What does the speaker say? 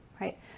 right